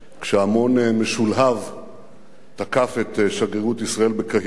כשהמון משולהב תקף את שגרירות ישראל בקהיר,